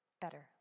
better